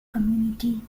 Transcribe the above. community